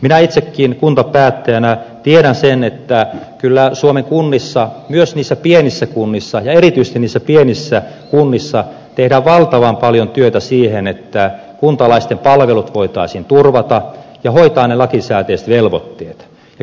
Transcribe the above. minä itsekin kuntapäättäjänä tiedän synnyttää kyllä suomen kunnissa myös niissä pienissä kunnissa erityisesti missä pienissä kunnissa tehdään valtavan paljon työtä siihen että kuntalaisten palvelut voitaisiin turvata keltainen lakisääteisiä luvattiin